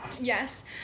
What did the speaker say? Yes